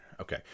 Okay